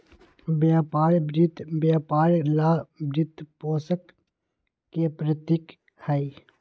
व्यापार वित्त व्यापार ला वित्तपोषण के प्रतीक हई,